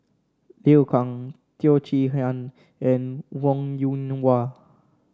Liu Kang Teo Chee Hean and Wong Yoon Wah